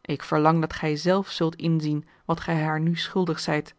ik verlang dat gij zelf zult inzien wat gij haar nu schuldig zijt